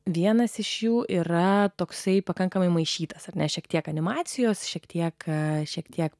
vienas iš jų yra toksai pakankamai maišytas ar ne šiek tiek animacijos šiek tiek ką šiek tiek